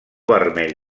vermell